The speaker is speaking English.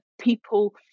People